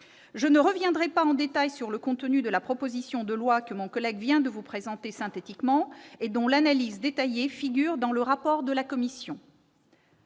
Je ne reviendrai pas en détail sur le contenu de la proposition de loi que mon collègue vient de vous présenter synthétiquement, et dont l'analyse détaillée figure dans le rapport de la commission.